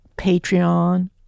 Patreon